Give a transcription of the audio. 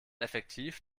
effektiv